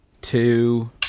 two